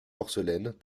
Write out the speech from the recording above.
porcelaines